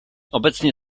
obecnie